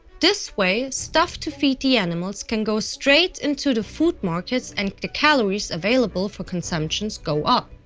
this way, stuff to feed the animals can go straight into the food markets and the calories available for consumption go up.